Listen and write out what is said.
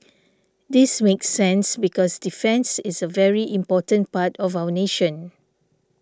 this makes sense because defence is a very important part of our nation